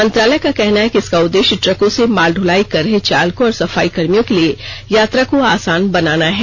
मंत्रालय का कहना है कि इसका उद्देश्य ट्रकों माल दुलाई कर रहे चालकों और सफाईकर्मियों के लिए यात्रा को आसान बनाना है